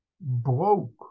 broke